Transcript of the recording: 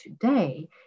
today